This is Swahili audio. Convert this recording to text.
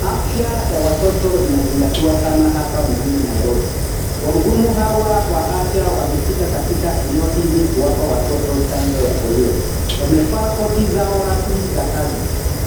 Afya ya watoto inazingatiwa sana hapa mjini Nairobi wahudumu hawa wa afya wamefika katika eneo hili kuwapa watoto chanjo ya polio wamevaa koti zao rasmi za kazi